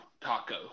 taco